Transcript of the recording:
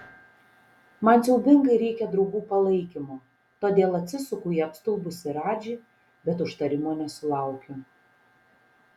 man siaubingai reikia draugų palaikymo todėl atsisuku į apstulbusį radžį bet užtarimo nesulaukiu